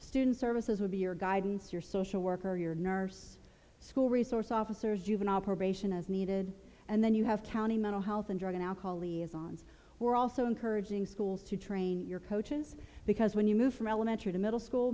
student services would be your guidance your social worker your nurse school resource officers juvenile probation as needed and then you have county mental health and drug and alcohol liaison's we're also encouraging schools to train your coaches because when you move from elementary to middle school